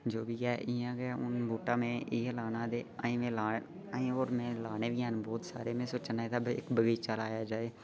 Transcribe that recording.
जो बी ऐ इयां गै हुन बूह्टा में इयै लाना ते अजें मी लाए अजें होर में लाने बी हैन बहुत सारे मैं सोचा ना एह्दा बगीचा लाया जाए